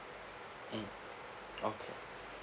mm okay